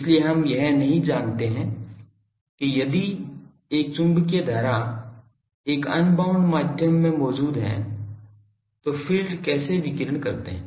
इसलिए हम यह नहीं जानते हैं कि यदि एक चुंबकीय धारा एक अनबाउंड माध्यम में मौजूद है तो फ़ील्ड कैसे विकीर्ण करते हैं